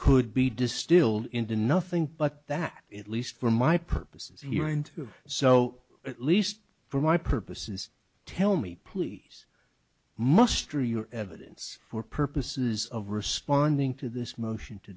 could be distilled into nothing but that it least for my purposes here and so at least for my purposes tell me please muster your evidence for purposes of responding to this motion to